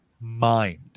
mind